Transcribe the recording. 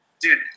Dude